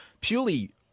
purely